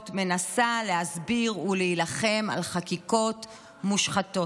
מנסה להסביר ולהילחם נגד חקיקות מושחתות?